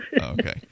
Okay